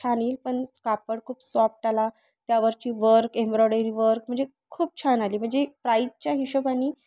छान येईल पण कापड खूप सॉफ्ट आला त्यावरची वर्क एम्ब्रॉयडरी वर्क म्हणजे खूप छान आली म्हणजे प्राईजच्या हिशेबाने